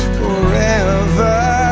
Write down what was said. forever